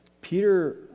peter